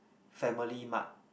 family mart